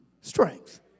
strength